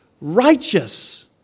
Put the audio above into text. righteous